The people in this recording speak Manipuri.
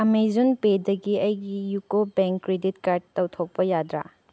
ꯑꯃꯦꯖꯣꯟ ꯄꯦꯗꯒꯤ ꯑꯩꯒꯤ ꯌꯨꯀꯣ ꯕꯦꯡꯛ ꯀ꯭ꯔꯦꯗꯤꯠ ꯀꯥꯔꯠ ꯇꯧꯊꯣꯛꯄ ꯌꯥꯗ꯭ꯔꯥ